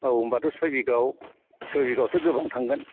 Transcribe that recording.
औ होनबाथ' सय बिगायाव सय बिगायावथ' गोबां थांगोन